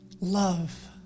Love